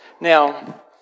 Now